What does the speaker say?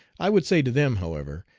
i would say to them, however,